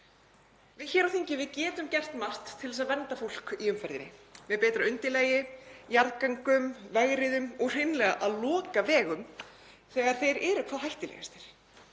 hér á þingi getum gert margt til að vernda fólk í umferðinni; með betra undirlagi, jarðgöngum, vegriðum og hreinlega að loka vegum þegar þeir eru hvað hættulegastir.